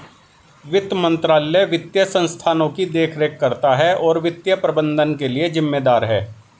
वित्त मंत्रालय वित्तीय संस्थानों की देखरेख करता है और वित्तीय प्रबंधन के लिए जिम्मेदार है